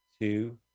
two